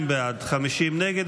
32 בעד, 50 נגד.